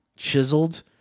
Chiseled